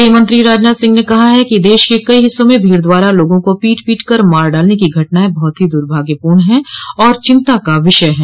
गृहमंत्री राजनाथ सिंह ने कहा है कि देश के कई हिस्सों में भीड़ द्वारा लोगों को पीट पीटकर मार डालने की घटनाएं बहुत ही दुर्भाग्यपूर्ण है और चिंता का विषय है